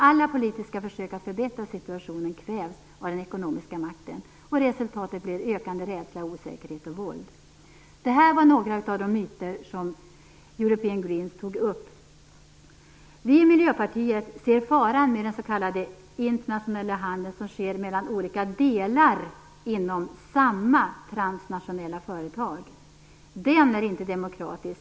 Alla politiska försök att förbättra situationen kvävs av den ekonomiska makten. Resultatet blir en ökande rädsla samt osäkerhet och våld. Det här är några av de myter som European Greens tagit upp. Vi i Miljöpartiet ser faran i den s.k. internationella handel som sker mellan olika delar inom samma transnationella företag. Den är inte demokratisk.